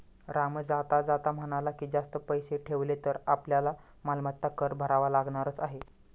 राम जाता जाता म्हणाला की, जास्त पैसे ठेवले तर आपल्याला मालमत्ता कर भरावा लागणारच आहे